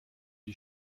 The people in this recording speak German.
die